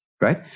right